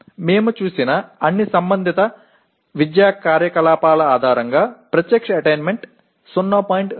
మేము చూసిన అన్ని సంబంధిత విద్యా కార్యకలాపాల ఆధారంగా ప్రత్యక్ష అటైన్మెంట్ 0